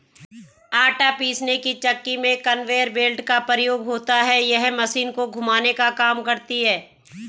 आटा पीसने की चक्की में कन्वेयर बेल्ट का प्रयोग होता है यह मशीन को घुमाने का काम करती है